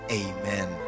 amen